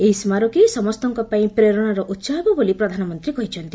ଏହି ସ୍କାରକୀସମସ୍ତଙ୍କ ପାଇଁ ପ୍ରେରଣାର ଉତ୍ସ ହେବ ବୋଲି ପ୍ରଧାନମନ୍ତ୍ରୀ କହିଛନ୍ତି